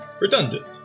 redundant